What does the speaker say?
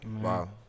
Wow